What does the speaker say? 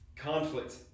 Conflict